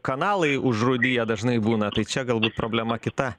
kanalai užrūdiję dažnai būna tai čia galbūt problema kita